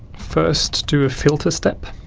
first do a filter step